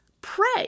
Pray